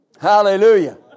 Hallelujah